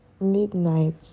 midnight